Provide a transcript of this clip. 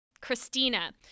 Christina